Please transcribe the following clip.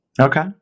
Okay